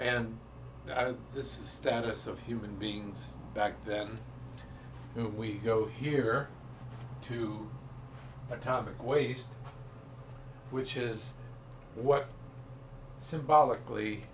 this status of human beings back then we go here to atomic waste which is what symbolically